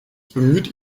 bemüht